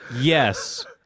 yes